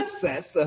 success